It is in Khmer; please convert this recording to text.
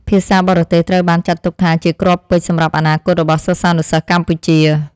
ភាសាបរទេសត្រូវបានចាត់ទុកថាជាគ្រាប់ពេជ្រសម្រាប់អនាគតរបស់សិស្សានុសិស្សកម្ពុជា។